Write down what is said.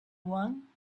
young